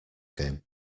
game